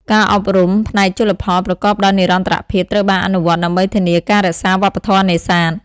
ការអប់រំ ផ្នែកជលផលប្រកបដោយនិរន្តរភាពត្រូវបានអនុវត្តដើម្បីធានាការរក្សាវប្បធម៌នេសាទ។